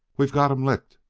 we've got em licked!